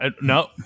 No